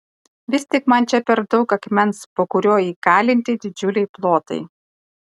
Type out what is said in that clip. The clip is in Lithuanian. vis tik man čia per daug akmens po kuriuo įkalinti didžiuliai plotai